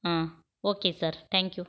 okay sir thank you